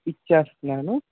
ఇచ్చేస్తున్నాను